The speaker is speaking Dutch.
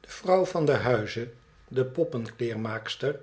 de vrouw van den huize de poppenkleermaakster